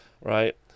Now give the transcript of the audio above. right